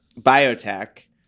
biotech